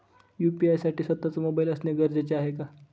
UPI साठी स्वत:चा mobile असणे गरजेचे आहे का?